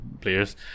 players